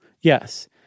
yes